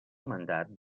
mandat